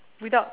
without